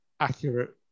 accurate